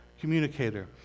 communicator